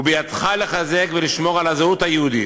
ובידך לחזק ולשמור על הזהות היהודית.